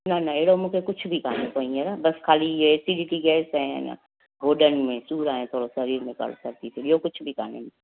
न न अहिड़ो मूंखे कुझु बि कोन्हे त ईअंर बसि ख़ाली इहे एसीडिटी गैस ऐं न गोॾनि में सूर आहे थोरो शरीर में कड़क थी थिए ॿियो कुझु बि कोन्हे